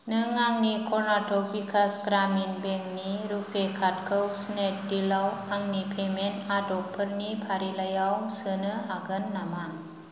नों आंनि कर्नाटक विकास ग्रामिन बेंक नि रुपे कार्ड खौ स्नेपडिल आव आंनि पेमेन्ट आदबफोरनि फारिलाइयाव सोनो हागोन नामा